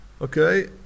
Okay